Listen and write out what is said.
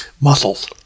Muscles